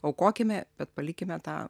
aukokime bet palikime tą